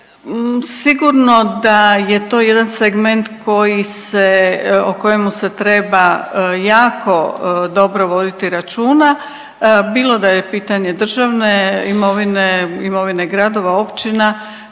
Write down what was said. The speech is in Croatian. Sigurno da je to jedan segment koji se, o kojemu se treba jako dobro voditi računa bilo da je pitanje državne imovine, imovine gradova, općina,